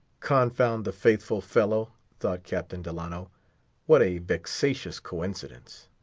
confound the faithful fellow, thought captain delano what a vexatious coincidence.